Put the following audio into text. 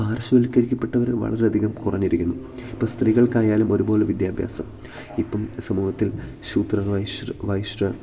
പാർശവൽക്കരിക്കപ്പെട്ടവർ വളരെയധികം കുറഞ്ഞിരിക്കുന്നു ഇപ്പം സ്ത്രീകൾക്കായാലും ഒരുപോലെ വിദ്യാഭ്യാസം ഇപ്പം സമൂഹത്തിൽ ശൂദ്രർ വൈശിർ വൈശ്യർ